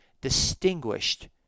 distinguished